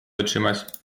wytrzymać